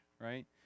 right